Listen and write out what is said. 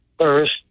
first